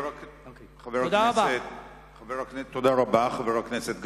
לחבר הכנסת גפני.